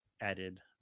added